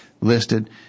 listed